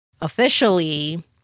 officially